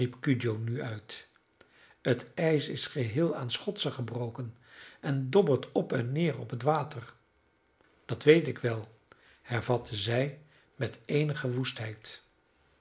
nu uit het ijs is geheel aan schotsen gebroken en dobbert op en neer op het water dat weet ik wel hervatte zij met eenige